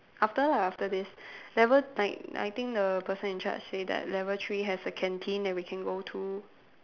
after lah after this level like I think the person in charge say that level three has a canteen that we can go to